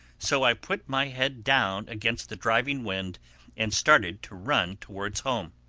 so i put my head down against the driving wind and started to run towards home.